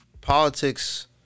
politics